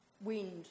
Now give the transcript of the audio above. wind